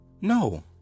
No